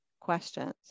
questions